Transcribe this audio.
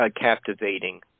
captivating